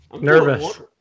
Nervous